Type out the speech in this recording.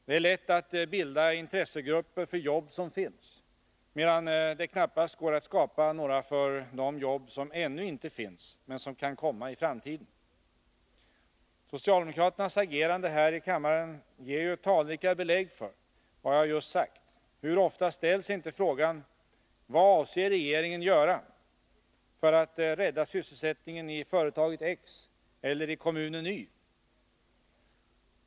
Det är lätt att bilda intressegrupper för jobb som finns, medan det knappast går att skapa några för de jobb som ännu inte finns men som kan komma i framtiden. Socialdemokraternas agerande här i kammaren ger talrika belägg för vad jag just har sagt. Hur ofta ställs inte frågan: Vad avser regeringen att göra för att rädda sysselsättningen i företaget X eller i kommunen Y?